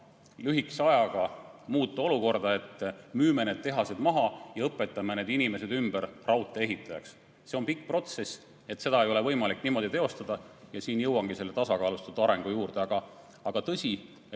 lühikese ajaga muuta olukorda nii, et müüme need tehased maha ja õpetame need inimesed ümber raudtee-ehitajaks. See on pikk protsess, seda ei ole võimalik niimoodi teostada. Siin jõuangi selle tasakaalustatud arengu juurde. Aga tõsi,